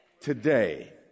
today